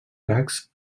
gags